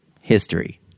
history